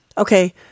Okay